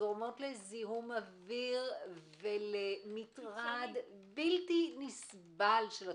שגורמות לזיהום אוויר ולמטרד בלתי-נסבל של התושבים.